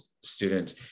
student